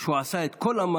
זה על חשבוני,